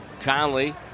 Conley